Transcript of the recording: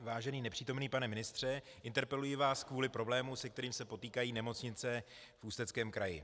Vážený nepřítomný pane ministře, interpeluji vás kvůli problému, se kterým se potýkají nemocnice v Ústeckém kraji.